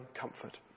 comfort